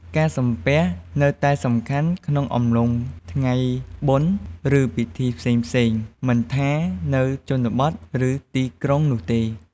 ការសំពះ នៅតែសំខាន់ក្នុងអំឡុង ថ្ងៃបុណ្យ ឬពិធីផ្សេងៗ មិនថានៅជនបទ ឬ ទីក្រុងនោះទេ។